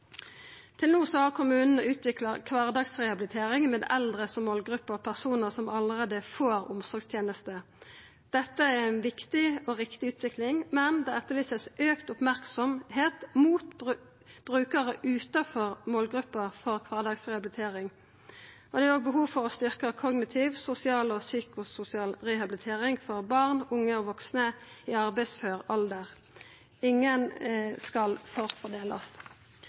Til no har kommunane utvikla kvardagsrehabilitering med dei eldre som målgruppe og personar som allereie får omsorgstenester. Dette er ei viktig og riktig utvikling, men ein etterlyser auka merksemd på brukarar utanfor målgruppa for kvardagsrehabilitering, og det er òg behov for å styrkja kognitiv, sosial og psykososial rehabilitering for barn, unge og vaksne i arbeidsfør alder. Ingen skal